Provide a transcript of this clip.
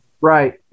right